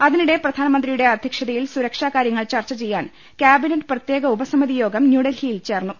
അതിനിടെ പ്രധാനമന്ത്രിയുടെ അധ്യ ക്ഷ ത യിൽ സുരക്ഷാ കാര്യങ്ങൾ ചർച്ച ചെയ്യാൻ കാബിനറ്റ് പ്രത്യേക ഉപസമിതി യോഗം ന്യൂഡൽഹിയിൽ ചേർന്നു